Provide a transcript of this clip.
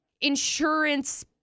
insurance